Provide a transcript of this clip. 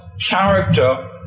character